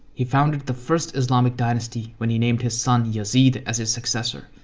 he founded the first islamic dynasty when he named his son yazid as his successor.